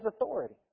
authority